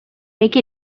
make